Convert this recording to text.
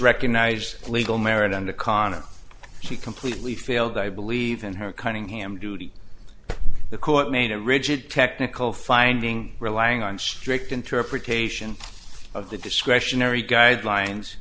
recognized legal merit under khana she completely failed i believe in her cunningham duty the court made a rigid technical finding relying on strict interpretation of the discretionary guidelines